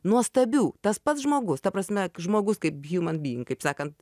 nuostabių tas pats žmogus ta prasme žmogus kaip hjūman bying kaip sakant